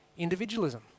individualism